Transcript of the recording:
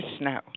now